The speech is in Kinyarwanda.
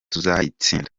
tuzayitsinda